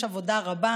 יש עבודה רבה.